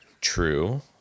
True